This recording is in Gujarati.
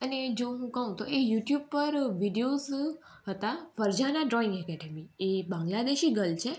અને એ જો હું કહું તો એ યુટ્યુબ પર વિડીયોઝ હતા વરજાના ડ્રોઈંગ એકેડમી એ બાંગ્લાદેશી ગર્લ છે